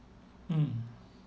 mm